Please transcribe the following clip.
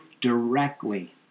directly